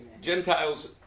Gentiles